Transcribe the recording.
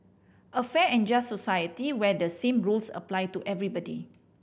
a fair and just society where the same rules apply to everybody